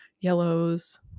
yellows